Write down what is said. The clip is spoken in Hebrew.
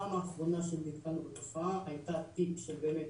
הפעם האחרונה שנתקלנו בתופעה הייתה תיק של באמת,